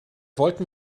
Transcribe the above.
wollten